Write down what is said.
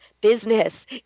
business